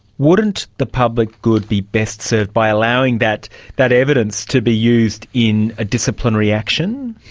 wouldn't the public good be best served by allowing that that evidence to be used in a disciplinary action?